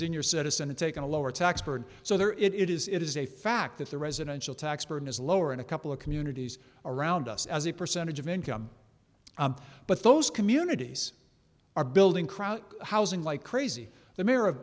senior citizen and taken a lower tax burden so there it is it is a fact that the residential tax burden is lower in a couple of communities around us as a percentage of income but those communities are building crowd housing like crazy the mayor of